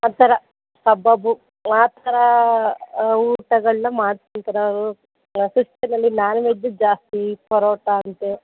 ಆ ಥರ ಕಬಾಬು ಮಾತ್ರ ಊಟಗಳನ್ನು ಮಾಡಿ ತಿಂತಾರೆ ಅವರು ಕ್ರಿಶ್ಚನಲ್ಲಿ ನಾನ್ ವೆಜ್ಜು ಜಾಸ್ತಿ ಪರೋಟ ಅಂತೆ